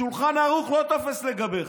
שולחן ערוך לא תופס לגביך.